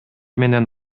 менен